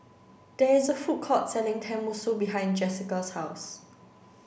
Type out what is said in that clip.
there is a food court selling Tenmusu behind Jesica's house